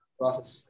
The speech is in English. process